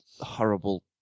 horrible